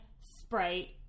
Sprite